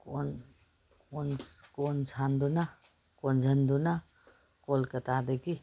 ꯀꯣꯟꯖꯟꯗꯨꯅ ꯀꯣꯜꯀꯥꯇꯥꯗꯒꯤ